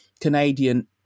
Canadian